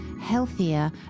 healthier